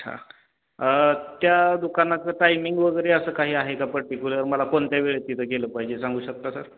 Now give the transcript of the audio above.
अच्छा त्या दुकानाचं टायमिंग वगैरे असं काही आहे का पर्टिक्युलर मला कोणत्या वेळेत तिथं गेलं पाहिजे सांगू शकता का